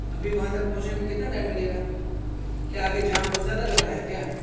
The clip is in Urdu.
ابھی وہاں تک پہنچنے میں کتنا ٹائم لگے گا کیا آگے جام بہت زیادہ لگ رہا ہے کیا